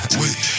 wait